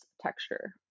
texture